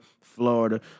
Florida